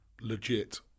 legit